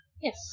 Yes